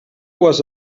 was